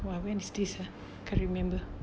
!wah! when is this ah can't remember